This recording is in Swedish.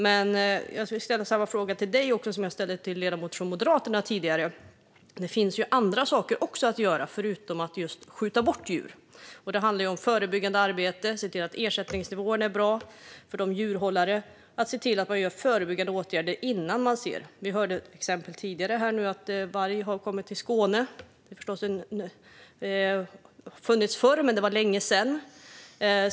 Men jag skulle vilja ställa samma fråga till dig som jag ställde till ledamoten från Moderaterna tidigare. Det finns ju andra saker man kan göra, förutom att skjuta av djur. Det handlar om förebyggande arbete, att se till att ersättningsnivåerna för djurhållare är bra och att se till att man vidtar förebyggande åtgärder. Vi hörde till exempel tidigare att varg har kommit till Skåne. Det har i och för sig funnits förr, men det var länge sedan.